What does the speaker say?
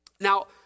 Now